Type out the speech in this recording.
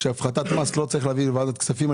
כשהפחתת מס לא צריך להביא לוועדת הכספים.